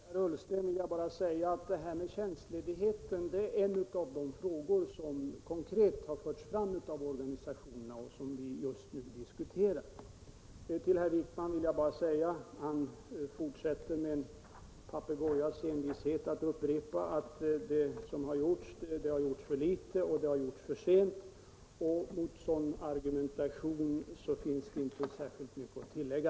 Herr talman! Till herr Ullsten vill jag bara säga att det här med tjänstledigheten är en av de frågor som konkret har förts fram av organisationerna och som vi just nu diskuterar. Herr Wijkman fortsätter med en papegojas envishet att upprepa att det har gjorts för litet och det som har gjorts har gjorts för sent. Detta är inga argument och därför har jag inget att tillägga.